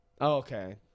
Okay